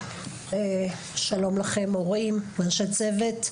שלום לכם הורים, אנשי צוות.